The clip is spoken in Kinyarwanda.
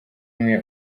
umwe